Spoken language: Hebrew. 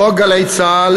חוק גלי צה"ל,